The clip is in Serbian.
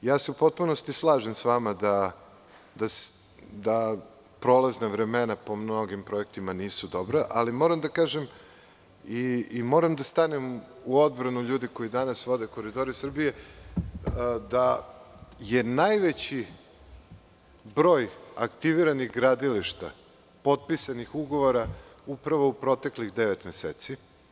U potpunosti se slažem s vama da prolazna vremena po mnogim projektima nisu dobra, ali moram da stanem u odbranu ljudi koji danas vode „Koridore Srbije“, da je najveći broj aktiviranih gradilišta potpisanih ugovora upravo u proteklih devet meseci.